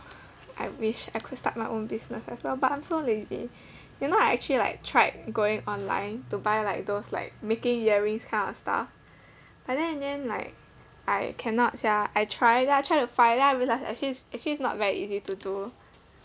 I wish I could start my own business as well but I'm so lazy you know I actually like tried going online to buy like those like making earrings kind of stuff but then in the end like I cannot sia I try then I try to find then I realise actually actually it's not very easy to do